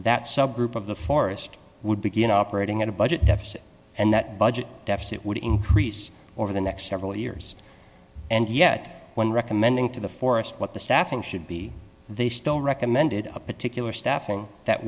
that subgroup of the forest would begin operating in a budget deficit and that budget deficit would increase over the next several years and yet when recommending to the forest what the staffing should be they still recommended a particular staffing that